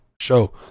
show